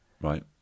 Right